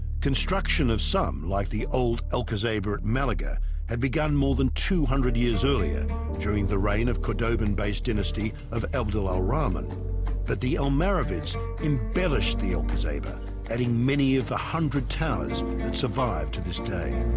construction of some like the old alcazaba at malaga had begun more than two hundred years earlier during the reign of cordobian-based dynasty of abdul al-rahman but the almoravids embellished the alcazaba adding many of the hundred towers that survived to this day.